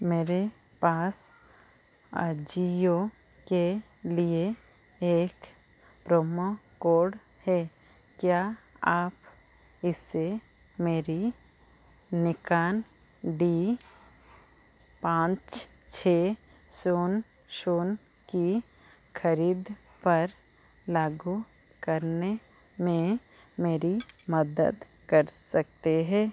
मेरे पास अजियो के लिए एक प्रोमो कोड है क्या आप इसे मेरी निकान डी पाँच छः शून्य शून्य की ख़रीद पर लागू करने में मेरी मदद कर सकते है